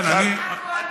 אתה הצלת את נתניהו.